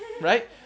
right